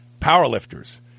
powerlifters